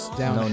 down